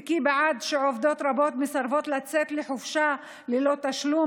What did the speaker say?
וכי בעוד עובדות רבות מסרבות לצאת לחופשה ללא תשלום